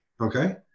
okay